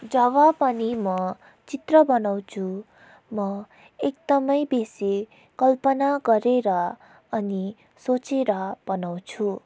जब पनि म चित्र बनाउँछु म एकदमै बेसी कल्पना गरेर अनि सोचेर बनाउँछु